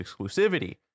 exclusivity